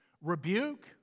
rebuke